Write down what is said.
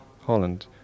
Holland